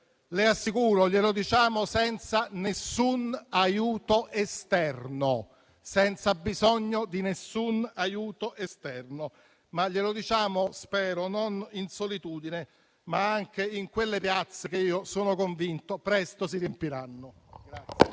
Le assicuro che glielo diciamo senza nessun aiuto esterno, senza bisogno di nessun aiuto esterno, ma glielo diciamo - spero - non in solitudine, ma anche in quelle piazze che io sono convinto presto si riempiranno.